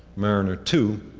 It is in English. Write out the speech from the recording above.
mariner two,